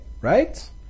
right